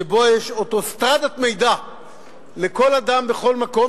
שבו יש אוטוסטרדת מידע לכל אדם בכל מקום,